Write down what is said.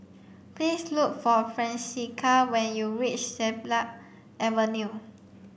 please look for Francisca when you reach Siglap Avenue